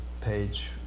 page